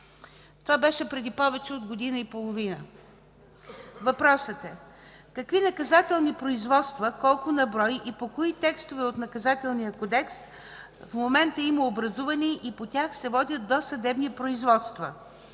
Това беше преди повече от година и половина. Въпросът е: какви наказателни производства, колко на брой и по кои текстове от Наказателния кодекс в момента има образувани и по тях се водят досъдебни производства?